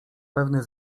pewny